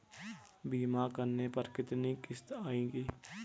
बीमा करने पर कितनी किश्त आएगी?